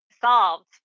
solved